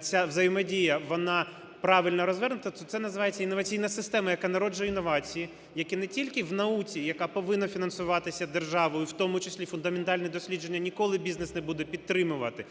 ця взаємодія, вона правильно розвернута, то це називається інноваційна система, яка народжує інновації, які не тільки в науці, яка повинна фінансуватися державою, в тому числі фундаментальні дослідження ніколи бізнес не буде підтримувати,